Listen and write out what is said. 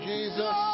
Jesus